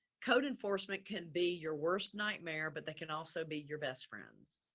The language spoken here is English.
code enforcement can be your worst nightmare, but they can also be your best friends.